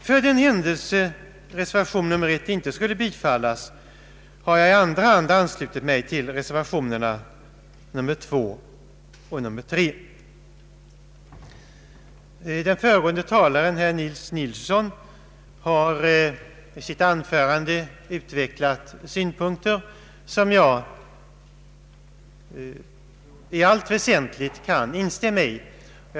För den händelse reservation I inte skulle bifallas, har jag i andra hand anslutit mig till reservationerna nr II och III. synpunkter som jag i allt väsentligt kan instämma i.